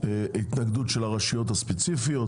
התנגדות של הרשויות הספציפיות,